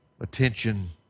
attention